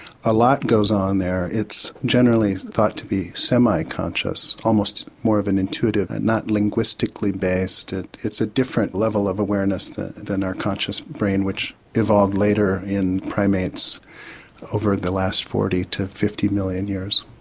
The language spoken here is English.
a lot goes on there it's generally thought to be semi conscious, almost more of an intuitive and not linguistically based, it's a different level of awareness than our conscious brain, which evolved later in primates over the last forty to fifty million years.